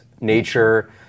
nature